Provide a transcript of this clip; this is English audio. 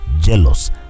jealous